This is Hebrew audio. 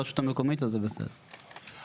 היועץ המשפטי, בוא תגיד את דעתך.